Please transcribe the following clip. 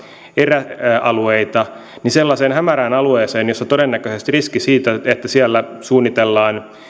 eräalueita sellaiseen hämärään alueeseen jossa todennäköisesti on riski että siellä suunnitellaan